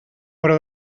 però